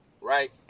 right